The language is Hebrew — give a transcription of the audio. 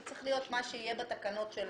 זה צריך להיות מה שיהיה בתקנות של